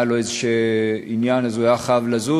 היה לו איזה עניין אז הוא היה חייב לזוז,